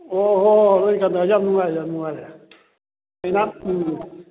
ꯑꯣ ꯍꯣꯏ ꯍꯣꯏ ꯍꯣꯏ ꯅꯪ ꯊꯦꯡꯅꯕꯁꯦ ꯌꯥꯝ ꯅꯨꯡꯉꯥꯏꯔꯦ ꯌꯥꯝ ꯅꯨꯡꯉꯥꯏꯔꯦ ꯎꯝ